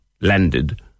landed